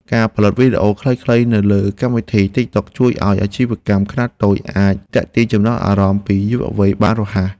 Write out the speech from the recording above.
ការផលិតវីដេអូខ្លីៗនៅលើកម្មវិធីទិកតុកជួយឱ្យអាជីវកម្មខ្នាតតូចអាចទាក់ទាញចំណាប់អារម្មណ៍ពីយុវវ័យបានរហ័ស។